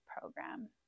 Program